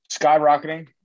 skyrocketing